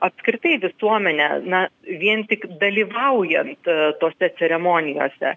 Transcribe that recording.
apskritai visuomenę na vien tik dalyvaujant tose ceremonijose